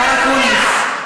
השר אקוניס,